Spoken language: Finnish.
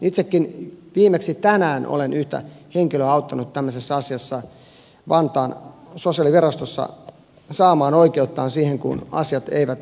itsekin viimeksi tänään olen vantaan sosiaalivirastossa yhtä henkilöä auttanut tämmöisessä asiassa saamaan oikeuttaan siihen kun asiat eivät onnistu